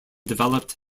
developed